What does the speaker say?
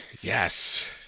Yes